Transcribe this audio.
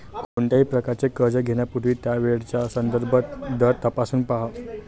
कोणत्याही प्रकारचे कर्ज घेण्यापूर्वी त्यावेळचा संदर्भ दर तपासून पहा